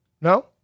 No